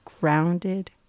grounded